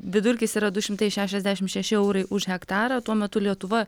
vidurkis yra du šimtai šešiasdešimt šeši eurai už hektarą tuo metu lietuva